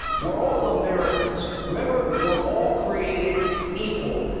we are all americans. remember, we are all created equal.